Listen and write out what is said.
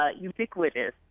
ubiquitous